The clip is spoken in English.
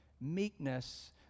Meekness